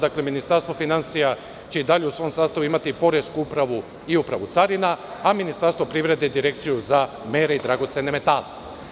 Dakle, Ministarstvo finansija će i dalje u svom sastavu imati Poresku upravu i Upravu carina, a Ministarstvo privrede Direkciju za mere i dragocene metale.